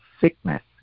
sickness